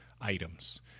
items